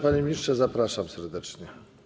Panie ministrze, zapraszam serdecznie.